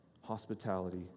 hospitality